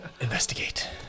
investigate